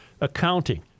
Accounting